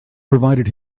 provided